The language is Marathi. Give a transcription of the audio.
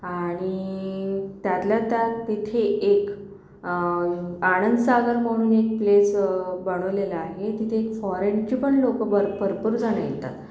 आणि त्यातल्या त्यात तिथे एक आनंदसागर म्हणून एक प्लेस बनवलेला आहे तिथे फॉरेनची पण लोकं भर भरपूरजणं येतात